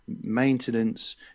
maintenance